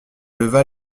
leva